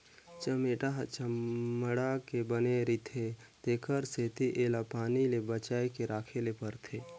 चमेटा ह चमड़ा के बने रिथे तेखर सेती एला पानी ले बचाए के राखे ले परथे